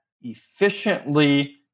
efficiently